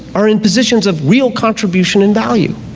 are in positions of real contribution and value.